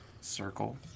circle